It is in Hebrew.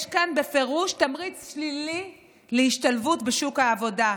יש כאן בפירוש תמריץ שלילי להשתלבות בשוק העבודה,